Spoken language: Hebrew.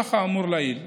לנוכח האמור לעיל,